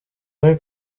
muri